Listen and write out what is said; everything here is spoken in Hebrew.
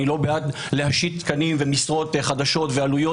אנו לא בעד להשית תקנים ומשרות חדשות ועלויות